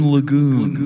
Lagoon